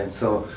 and so,